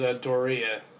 Doria